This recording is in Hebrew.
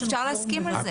אפשר להסכים על זה.